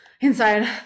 inside